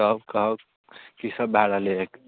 तब कहक कि सब भऽ रहलै हँ